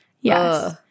Yes